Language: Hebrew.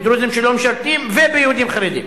בדרוזים שלא משרתים וביהודים חרדים.